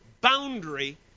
boundary